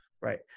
Right